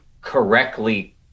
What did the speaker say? correctly